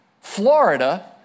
Florida